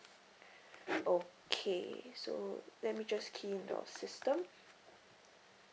okay so let me just key into our system